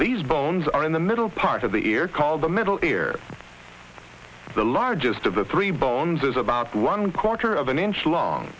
these bones are in the middle part of the ear called the middle ear the largest of the three bones is about one quarter of an inch long